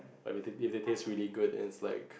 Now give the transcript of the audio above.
but it it it tastes really good and it's like